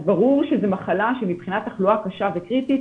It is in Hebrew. אז ברור שזו מחלה שמבחינת תחלואה קשה וקריטית